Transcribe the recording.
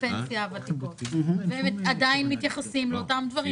פנסיה ותיקות והם עדיין מתייחסים לאותם דברים,